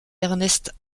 ernest